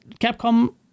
Capcom